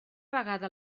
vegada